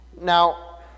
Now